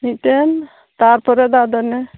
ᱢᱤᱫᱴᱮᱱ ᱛᱟᱨᱯᱚᱨᱮ ᱫᱚ ᱟᱫᱚ ᱚᱱᱮ